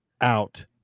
out